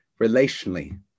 relationally